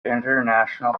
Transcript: international